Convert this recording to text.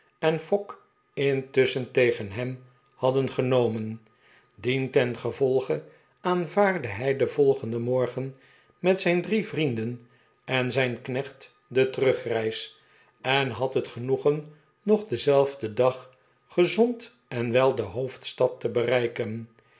en fogg intusschen tegen hem hadden genomen dientengevolge aanvaardde hij den volgenden morgen met zijn drie vrienden en zijn kneeht de terugreis en had het genoegen nog denzelfden dag gezond en wel de hoofdstad te bereiken